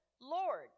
Lord